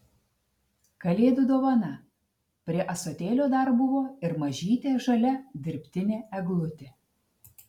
kalėdų dovana prie ąsotėlio dar buvo ir mažytė žalia dirbtinė eglutė